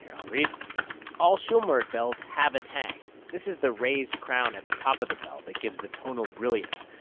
yeah i'll read all shulmerich bells have a tang. this is the raised crown at the top of the bell the gives the tonal brilliance.